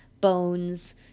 bones